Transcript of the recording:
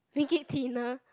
make it thinner